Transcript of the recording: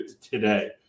today